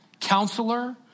counselor